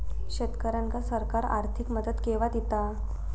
शेतकऱ्यांका सरकार आर्थिक मदत केवा दिता?